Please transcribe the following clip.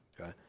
okay